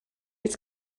its